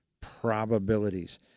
probabilities